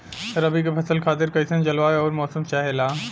रबी क फसल खातिर कइसन जलवाय अउर मौसम चाहेला?